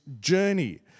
journey